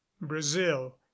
brazil